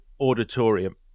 auditorium